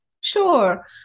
Sure